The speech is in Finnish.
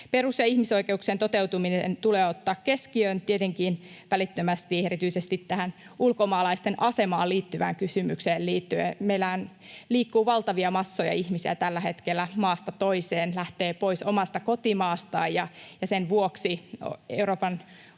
Perus‑ ja ihmisoikeuksien toteutuminen tulee ottaa keskiöön tietenkin välittömästi erityisesti tähän ulkomaalaisten asemaan liittyvään kysymykseen liittyen. Meillähän liikkuu valtavia massoja ihmisiä tällä hetkellä maasta toiseen, lähtee pois omasta kotimaastaan, ja sen vuoksi Euroopan